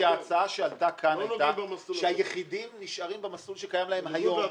כי ההצעה שעלתה כאן היתה שהיחידים נשארים במסלול שקיים להם היום.